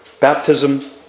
baptism